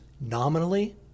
nominally